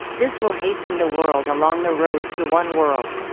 this will hasten the world along the road to one world.